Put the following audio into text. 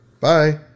bye